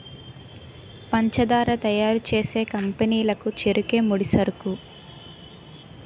పంచదార తయారు చేసే కంపెనీ లకు చెరుకే ముడిసరుకు